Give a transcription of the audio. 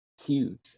huge